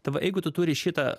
tai va jeigu tu turi šitą